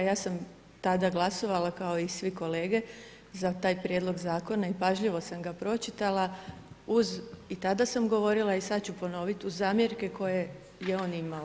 Ja sam tada glasovala kao i svi kolege za taj prijedlog zakona i pažljivo sam ga pročitala i tada sam govorila i sada ću ponoviti, uz zamjerke koje je on imao.